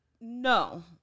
No